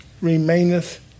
remaineth